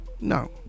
no